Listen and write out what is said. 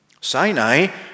Sinai